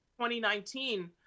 2019